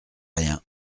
rien